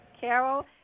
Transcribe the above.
Carol